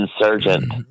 insurgent